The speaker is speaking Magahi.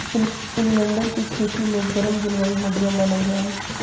ओलियंडर के खेती ले गर्म जलवायु बढ़िया मानल जा हय